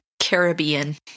Caribbean